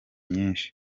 nyinshi